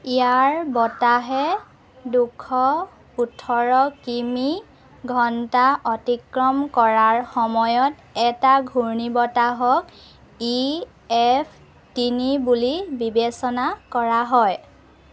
ইয়াৰ বতাহে দুশ ওঠৰ কিমি ঘণ্টা অতিক্ৰম কৰাৰ সময়ত এটা ঘূৰ্ণি বতাহক ই এফ তিনি বুলি বিবেচনা কৰা হয়